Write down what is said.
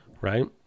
Right